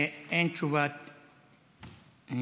אין תשובת ממשלה.